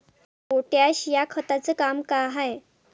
Potash या खताचं काम का हाय?